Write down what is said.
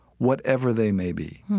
whatever they may be,